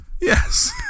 Yes